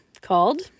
called